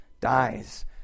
dies